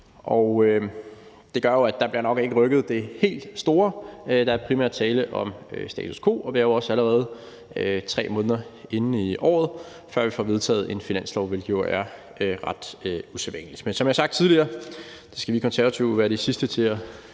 kr. Det gør jo, at der nok ikke bliver rykket det helt store; der er primært tale om status quo, og vi er jo også allerede 3 måneder inde i året, før vi får vedtaget en finanslov, hvilket jo er ret usædvanligt. Men som jeg har sagt tidligere, skal vi Konservative vil være de sidste til at